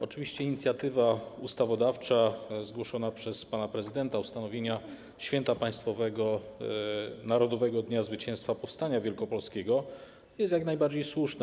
Oczywiście inicjatywa ustawodawcza zgłoszona przez pana prezydenta, dotycząca ustanowienia święta państwowego, Narodowego Dnia Zwycięskiego Powstania Wielkopolskiego jest jak najbardziej słuszna.